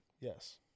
yes